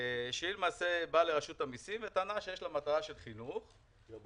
היא באה לרשות המיסים וטענה שיש לה מטרה של חינוך ואמרה,